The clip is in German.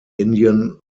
indian